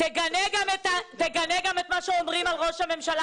תגנה גם את מה שאומרים על ראש הממשלה